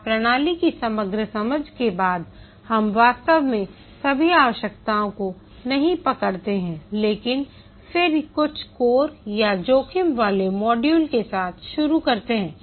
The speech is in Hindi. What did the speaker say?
यहां प्रणाली की समग्र समझ के बाद हम वास्तव में सभी आवश्यकताओं को नहीं पकड़ते हैं लेकिन फिर कुछ कोर या जोखिम वाले मॉड्यूल के साथ शुरू करते हैं